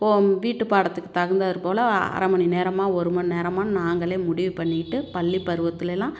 home வீட்டு பாடத்துக்கு தகுந்தாரு போல் அரை மணி நேரமாக ஒரு மணி நேரமானு நாங்களே முடிவு பண்ணிகிட்டு பள்ளி பருவத்துலேலாம்